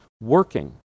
working